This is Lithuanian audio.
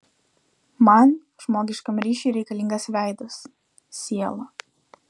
man žmogiškam ryšiui reikalingas veidas siela